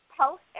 post